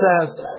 says